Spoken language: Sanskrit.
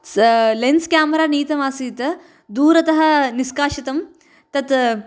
लेन्स् केमरा नीतमासीत् दूरतः निष्कासितं तत्